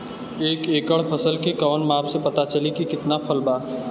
एक एकड़ फसल के कवन माप से पता चली की कितना फल बा?